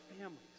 families